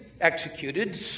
executed